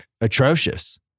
atrocious